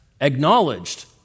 acknowledged